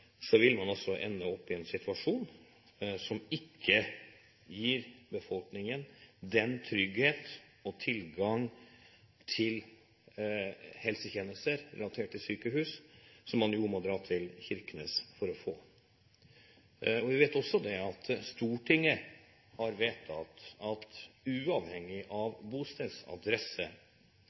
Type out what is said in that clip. vil man altså ende opp i en situasjon som ikke gir befolkningen nok trygghet og tilgang til helsetjenester relatert til sykehus som man jo må dra til Kirkenes for å få. Vi vet også at Stortinget har vedtatt at uavhengig av bostedsadresse